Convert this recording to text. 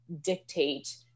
dictate